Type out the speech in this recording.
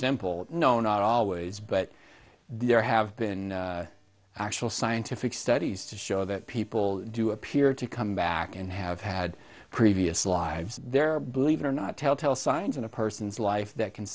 simple no not always but there have been actual scientific studies to show that people do appear to come back and have had previous lives there are believe it or not telltale signs in a person's life that can